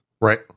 right